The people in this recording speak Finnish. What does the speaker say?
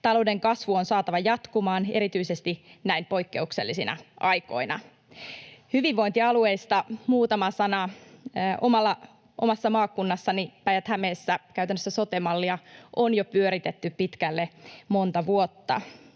Talouden kasvu on saatava jatkumaan erityisesti näin poikkeuksellisina aikoina. Hyvinvointialueista muutama sana. Omassa maakunnassani Päijät-Hämeessä käytännössä sote-mallia on jo pyöritetty pitkälle monta vuotta.